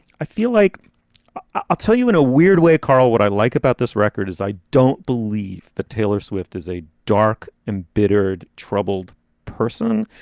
i feel like i'll tell you in a weird way, carl, what i like about this record is i don't believe that taylor swift is a dark, embittered, troubled person.